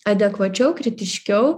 adekvačiau kritiškiau